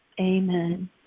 Amen